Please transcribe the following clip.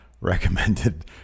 recommended